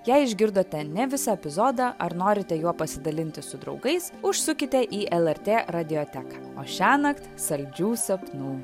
jei išgirdote ne visą epizodą ar norite juo pasidalinti su draugais užsukite į lrt radioteką o šiąnakt saldžių sapnų